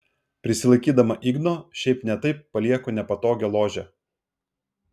prisilaikydama igno šiaip ne taip palieku nepatogią ložę